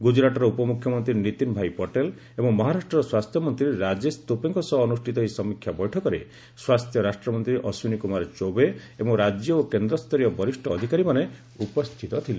ଗୁଜରାଟର ଉପମୁଖ୍ୟମନ୍ତ୍ରୀ ନୀତିନ ଭାଇ ପଟେଲ ଏବଂ ମହାରାଷ୍ଟ୍ରର ସ୍ୱାସ୍ଥ୍ୟମନ୍ତ୍ରୀ ରାଜେଶ ତୋପେଙ୍କ ସହ ଅନୁଷ୍ଠିତ ଏହି ସମୀକ୍ଷା ବୈଠକରେ ସ୍ୱାସ୍ଥ୍ୟ ରାଷ୍ଟ୍ରମନ୍ତ୍ରୀ ଅଶ୍ୱିନୀ କୁମାର ଚୌବେ ଏବଂ ରାଜ୍ୟ ଓ କେନ୍ଦ୍ରସ୍ତରୀୟ ବରିଷ ଅଧିକାରୀମାନେ ଉପସ୍ଥିତ ଥିଲେ